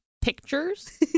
pictures